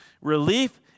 Relief